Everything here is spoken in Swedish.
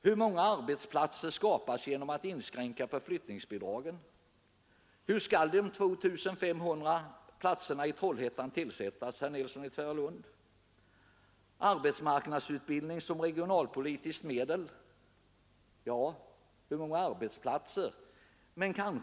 Hur många arbetsplatser skapas genom att inskränka på flyttningsbidragen? Hur skall de 2 500 platserna i Trollhättan tillsättas, herr Nilsson i Tvärålund? Arbetsmarknadsutbildning som regionalpolitiskt medel — hur många arbetsplatser skapar den?